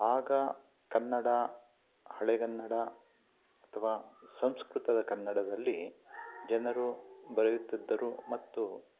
ಆಗ ಕನ್ನಡ ಹಳೆಗನ್ನಡ ಅಥವಾ ಸಂಸ್ಕೃತದ ಕನ್ನಡದಲ್ಲಿ ಜನರು ಬರೆಯುತ್ತಿದ್ದರು ಮತ್ತು